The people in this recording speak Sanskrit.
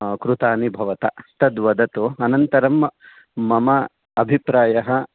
कृतानि भवता तद् वदतु अनन्तरं मम अभिप्रायः